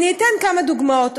אני אתן כמה דוגמאות.